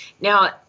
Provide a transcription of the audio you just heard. Now